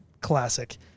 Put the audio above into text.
classic